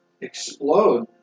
explode